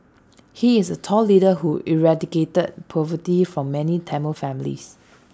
he is A tall leader who eradicated poverty from many Tamil families